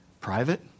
private